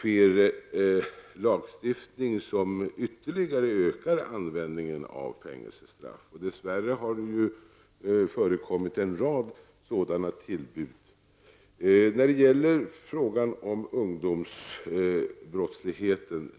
tillskapas lagstiftning som innebär att användningen av fängelsestraff ytterligare ökar. Dess värre har det framkommit en rad sådana tillbud. Jag vill ställa en fråga när det gäller ungdomsbrottsligheten.